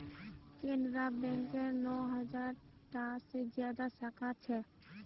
केनरा बैकेर नौ हज़ार टा से ज्यादा साखा छे